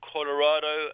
Colorado